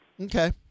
Okay